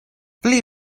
pli